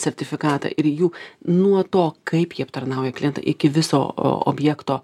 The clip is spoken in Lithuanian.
sertifikatą ir jų nuo to kaip jie aptarnauja klientą iki viso objekto